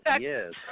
Yes